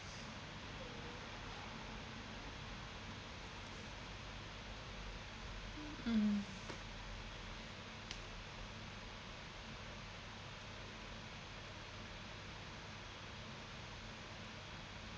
mm